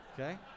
Okay